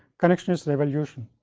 connectionist revolution